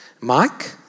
Mike